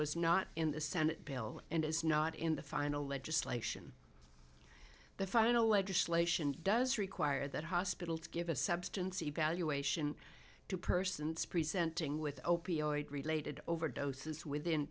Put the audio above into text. was not in the senate bill and is not in the final legislation the final legislation does require that hospitals give a substance evaluation to persons presenting with opioid related overdoses within